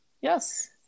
yes